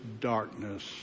darkness